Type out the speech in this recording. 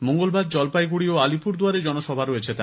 মঙ্গলবার জলপাইগুড়ি ও আলিপুরদুয়ারে জনসভা করবেন তিনি